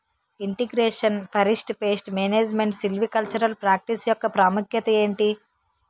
integration forest pest management silvicultural practice యెక్క ప్రాముఖ్యత ఏంటి